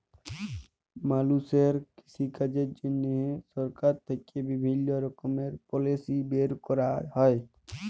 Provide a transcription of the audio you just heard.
মালুষের কৃষিকাজের জন্হে সরকার থেক্যে বিভিল্য রকমের পলিসি বের ক্যরা হ্যয়